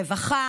רווחה,